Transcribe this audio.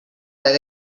let